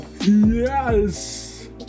Yes